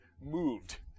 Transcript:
moved